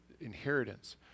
inheritance